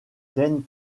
kent